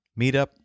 meetup